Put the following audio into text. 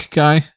guy